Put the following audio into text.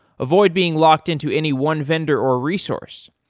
avoid being locked into any one vendor or resource.